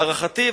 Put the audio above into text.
להערכתי,